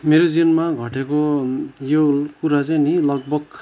मेरो जीवनमा घटेको यो कुरा चाहिँ नि लगभग